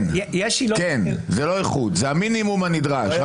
כן, כן, זה לא איכות, זה המינימום הנדרש.